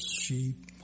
sheep